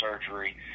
surgery